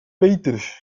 peeters